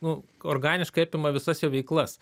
nu organiškai apima visas jo veiklas